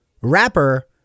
rapper